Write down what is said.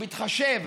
הוא מתחשב,